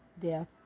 death